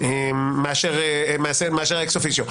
מאשר ה-ex officio.